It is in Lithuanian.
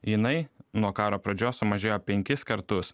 jinai nuo karo pradžios sumažėjo penkis kartus